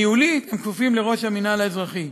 ניהולית הם כפופים לראש המינהל האזרחי.